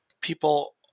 people